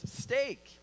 steak